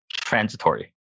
transitory